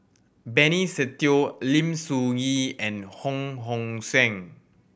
Benny Se Teo Lim Soo Ngee and Hong Hong Suen